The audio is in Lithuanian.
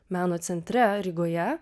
meno centre rygoje